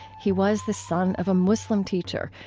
he was the son of a muslim teacher,